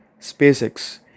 SpaceX